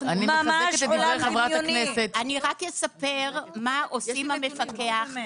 אני רק אספר מה עושים המפקחים.